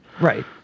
Right